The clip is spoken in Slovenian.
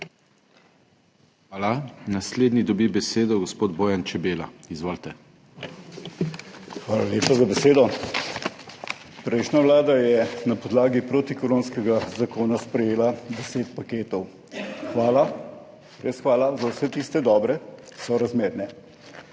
Hvala. Naslednji dobi besedo gospod Bojan Čebela. Izvolite. **BOJAN ČEBELA (PS Svoboda):** Hvala lepa za besedo. Prejšnja vlada je na podlagi protikoronskega zakona sprejela 10 paketov. Hvala, res hvala za vse tiste dobre, sorazmerne,